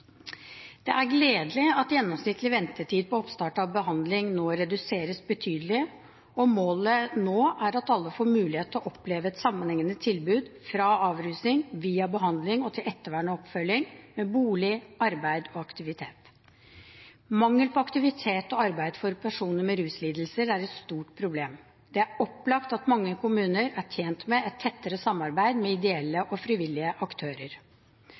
Det er gledelig at gjennomsnittlig ventetid på oppstart av behandling nå reduseres betydelig, og målet nå er at alle får mulighet til å oppleve et sammenhengende tilbud fra avrusning, via behandling og til ettervern og oppfølging med bolig, arbeid og aktivitet. Mangel på aktivitet og arbeid for personer med ruslidelser er et stort problem. Det er opplagt at mange kommuner er tjent med et tettere samarbeid med ideelle og frivillige aktører.